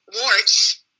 warts